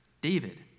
David